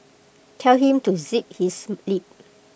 tell him to zip his lip